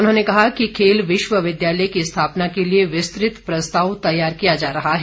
उन्होंने कहा कि खेल विश्वविद्यालय की स्थापना के लिए विस्तृत प्रस्ताव तैयार किया जा रहा है